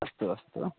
अस्तु अस्तु